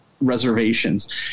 reservations